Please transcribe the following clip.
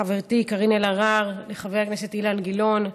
לחברתי קארין אלהרר, לחבר הכנסת אילן גילאון,